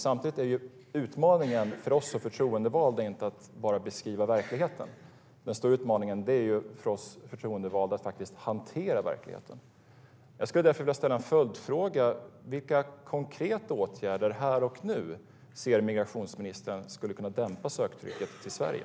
Samtidigt är utmaningen för oss som förtroendevalda inte att bara beskriva verkligheten, utan den stora utmaningen för oss är faktiskt att hantera verkligheten. Jag vill därför ställa en följdfråga: Vilka konkreta åtgärder här och nu ser migrationsministern skulle kunna dämpa söktrycket till Sverige?